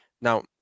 Now